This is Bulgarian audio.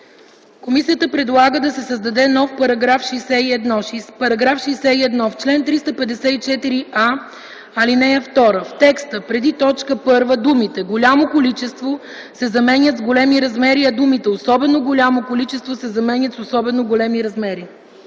Комисията предлага да се създаде нов § 61: „§ 61. В чл. 354а, ал. 2 в текста преди т. 1 думите „голямо количество” се заменят с „големи размери”, а думите „особено голямо количество” се заменят с „особено големи размери”.”